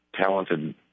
talented